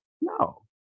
No